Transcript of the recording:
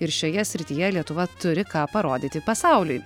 ir šioje srityje lietuva turi ką parodyti pasauliui